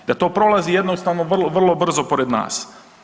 Da to prolazi jednostavno vrlo brzo pored nas.